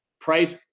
price